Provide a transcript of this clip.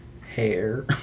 hair